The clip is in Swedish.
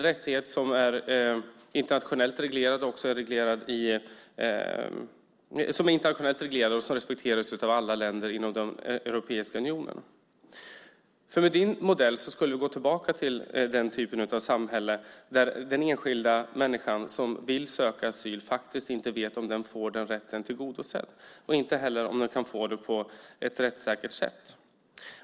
Det är en rättighet som är internationellt reglerad och som respekteras av alla länder inom Europeiska unionen. Med din modell skulle vi gå tillbaka till den typ av samhälle där den enskilda människa som vill söka asyl faktiskt inte vet om hon får den rätten tillgodosedd, inte heller om hon kan få det på ett rättssäkert sätt.